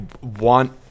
want